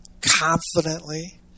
confidently